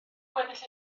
gweddill